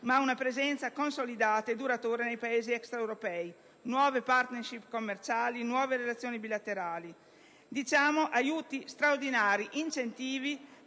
ma una presenza consolidata e duratura nei Paesi extraeuropei, nuove *partnership* commerciali e nuove relazioni bilaterali. Chiediamo aiuti straordinari ed incentivi